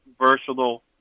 versatile